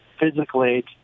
physically